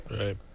right